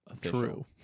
true